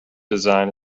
design